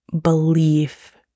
belief